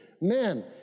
Men